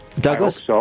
Douglas